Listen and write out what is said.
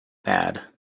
bad